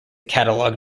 catalogue